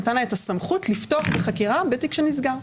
נתן לה את הסמכות לפתוח בחקירה בתיק שנסגר.